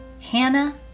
Hannah